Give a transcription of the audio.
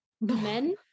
men